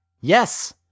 Yes